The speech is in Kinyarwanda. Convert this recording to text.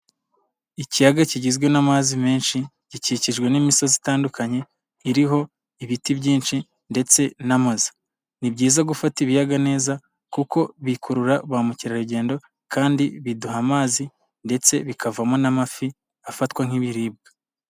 Ikiyaga kigizwe n'amazi menshi gikikijwe n'imisozi itandukanye iriho ibiti byinshi ndetse n'amazu, ni byiza gufata ibiyaga neza kuko bikurura ba mukerarugendo kandi biduha amazi ndetse bikavamo n'amafi afatwa nk'ibiribwa.